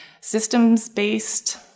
systems-based